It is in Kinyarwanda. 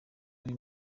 ari